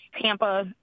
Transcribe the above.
Tampa